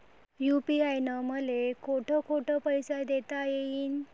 UPI न मले कोठ कोठ पैसे देता येईन?